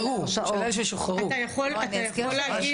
אתה יכול להגיד?